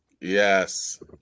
yes